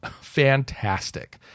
Fantastic